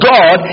God